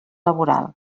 laboral